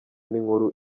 n’inkuru